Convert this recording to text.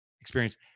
experience